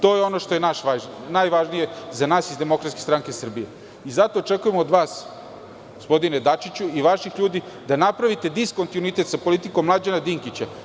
To je ono što je najvažnije za nas iz DSS i zato očekujemo od vas, gospodine Dačiću i vaših ljudi, da napravite diskontinuitet sa politikom Mlađana Dinkića.